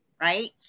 right